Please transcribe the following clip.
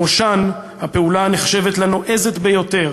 בראשן, הפעולה הנחשבת לנועזת ביותר,